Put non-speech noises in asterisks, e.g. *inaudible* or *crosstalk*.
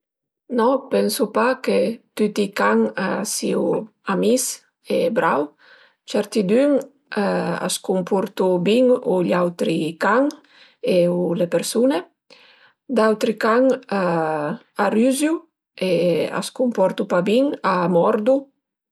No, pensu pa che tüti i can a siu amis e brau, certidün *hesitation* a s'cumportu bin cun gl'autri can e cun le persun-e, d'autri can a rüziu e s'cumportu pa bin, a mordu